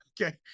Okay